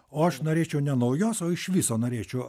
o aš norėčiau ne naujos o iš viso norėčiau